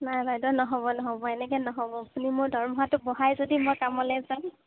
নাই বাইদেউ নহ'ব নহ'ব এনেকৈ নহ'ব আপুনি মোৰ দৰমহাটো বঢ়ায় যদি মই কামলৈ যাম